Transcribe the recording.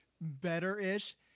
better-ish